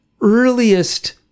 earliest